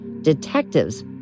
Detectives